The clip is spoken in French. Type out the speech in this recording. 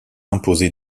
imposé